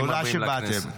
תודה שבאתם.